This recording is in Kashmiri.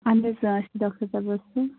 اَہَن حظ آ أسی چھِ ڈاکٹر تبِسُم